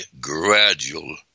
gradual